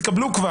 כבר התקבלו,